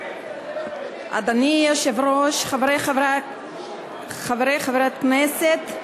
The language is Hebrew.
אדוני היושב-ראש, חברי חברי הכנסת,